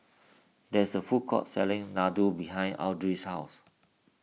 there is a food court selling Laddu behind Audry's house